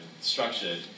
structured